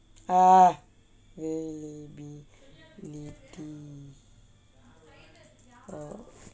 ah availability of